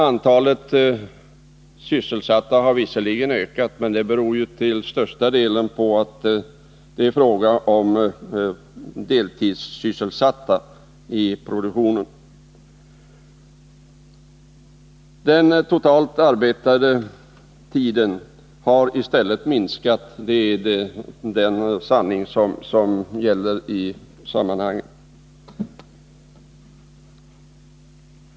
Antalet sysselsatta har visserligen ökat, men detta beror ju till största delen på att det är fråga om deltidssysselsatta. Den totala arbetstiden har i stället minskat — det är sanningen.